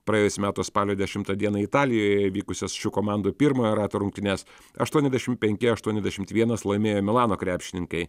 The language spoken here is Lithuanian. praėjusių metų spalio dešimtą dieną italijoje įvykusias šių komandų pirmojo rato rungtynes aštuoniasdešimt penki aštuoniasdešimt vienas laimėjo milano krepšininkai